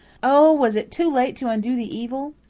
oh! was it too late to undo the evil?